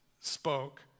spoke